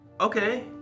Okay